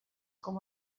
com